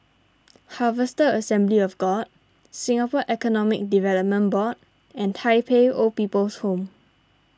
Harvester Assembly of God Singapore Economic Development Board and Tai Pei Old People's Home